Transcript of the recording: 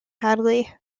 hadley